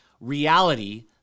reality